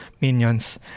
minions